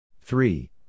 Three